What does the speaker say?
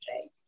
right